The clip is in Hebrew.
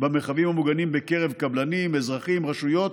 המרחבים המוגנים בקרב קבלנים, אזרחים ורשויות.